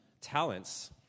talents